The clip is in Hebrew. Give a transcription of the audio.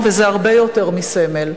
וזה הרבה יותר מסמל,